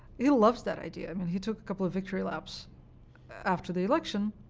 he loves that idea. i mean he took a couple of victory laps after the election.